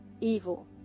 evil